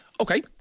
okay